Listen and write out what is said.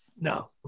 no